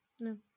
no